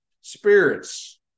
spirits